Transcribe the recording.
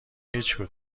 هیچدوم